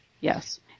Yes